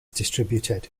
distributed